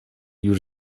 już